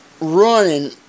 running